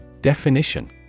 Definition